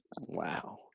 Wow